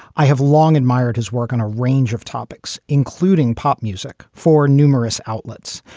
i have long admired his work on a range of topics, including pop music for numerous outlets.